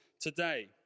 Today